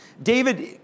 David